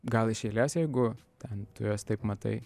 gal iš eilės jeigu ten tu juos taip matai